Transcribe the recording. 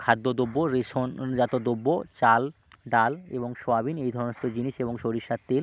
খাদ্যদ্রব্য রেশনজাত দ্রব্য চাল ডাল এবং সোয়াবিন এই সমস্ত জিনিস এবং সরিষার তেল